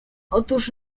otóż